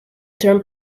term